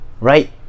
right